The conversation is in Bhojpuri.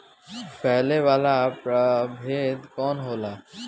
फैले वाला प्रभेद कौन होला?